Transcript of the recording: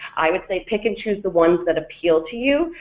i would say pick and choose the ones that appeal to you,